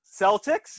Celtics